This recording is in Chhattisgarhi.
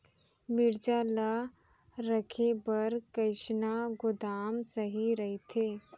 मिरचा ला रखे बर कईसना गोदाम सही रइथे?